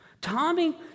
Tommy